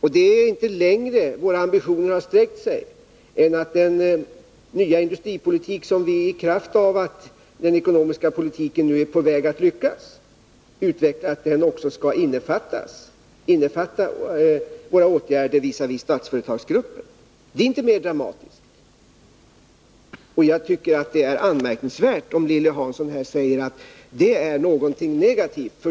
Våra ambitioner har inte sträckt sig längre än att den nya industripolitiken, som vi utvecklar i kraft av att den ekonomiska politiken nu är på väg att lyckas, också skall innefatta åtgärder visavi Statsföretagsgruppen. Det är inte mer dramatiskt. Jag tycker att det är anmärkningsvärt att Lilly Hansson säger att detta är någonting negativt.